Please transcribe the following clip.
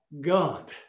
God